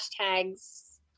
hashtags